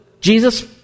Jesus